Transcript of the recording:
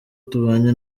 tubanye